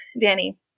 Danny